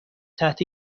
تحت